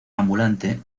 ambulante